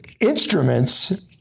instruments